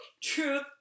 Truth